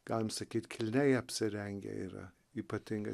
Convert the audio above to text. galim sakyt kilniai apsirengę yra ypatinga